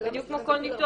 זה בדיוק כמו כל ניתוח,